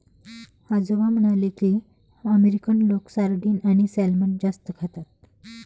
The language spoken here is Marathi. आजोबा म्हणाले की, अमेरिकन लोक सार्डिन आणि सॅल्मन जास्त खातात